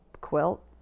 quilt